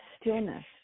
stillness